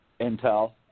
intel